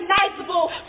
recognizable